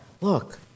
look